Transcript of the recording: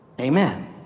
amen